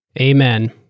Amen